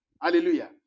Hallelujah